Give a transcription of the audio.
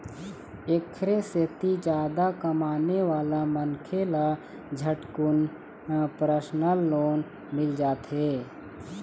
एखरे सेती जादा कमाने वाला मनखे ल झटकुन परसनल लोन मिल जाथे